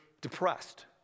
depressed